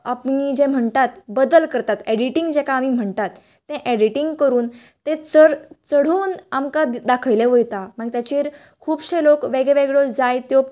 अपनी जे म्हणटात बदल करतात ऍडिटींग जेका आमी म्हणटात तें ऍडिटींग करून ते चडून आमकां दाखयले वयता मागीर ताजेर खुबशें लोक वेगळे वेगळे जायत्यो